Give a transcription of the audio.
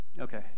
Okay